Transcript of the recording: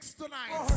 tonight